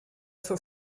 for